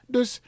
Dus